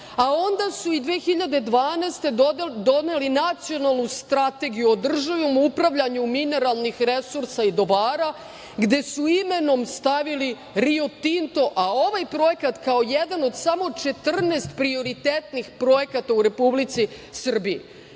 a onda su i 2012. godine doneli nacionalnu strategiju o državnom upravljanju mineralnih resursa i dobara gde su imenom stavili Rio Tinto, a ovo je projekat kao jedan od samo 14 prioritetnih projekata u Republici Srbiji. Mi